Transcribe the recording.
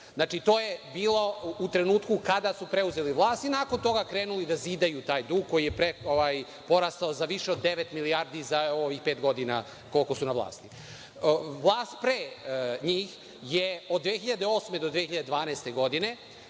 evra. To je bilo u trenutku kada su preuzeli vlast i nakon toga krenuli da zidaju taj dug koji je porastao za više od 9 milijardi za ovih pet godina koliko su na vlasti. Vlast pre njih je od 2008. do 2012. godine